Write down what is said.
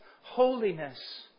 holiness